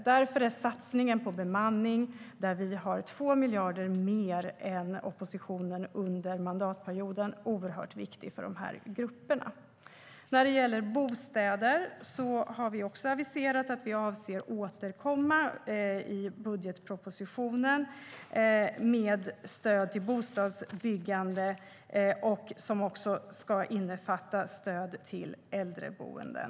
Därför är satsningen på bemanning, där vi har avsatt 2 miljarder mer än oppositionen under mandatperioden, oerhört viktig för de här grupperna. När det gäller bostäder har vi aviserat att vi avser att återkomma i budgetpropositionen med stöd till bostadsbyggande som också ska innefatta stöd till äldreboenden.